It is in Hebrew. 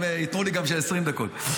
ייתנו לי גם של 20 דקות.